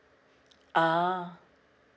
ah